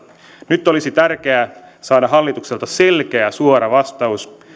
nyt olisi tärkeää saada hallitukselta selkeä suora vastaus